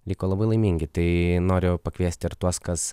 liko labai laimingi tai noriu pakviesti ir tuos kas